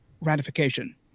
ratification